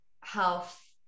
health